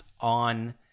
on